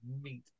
meat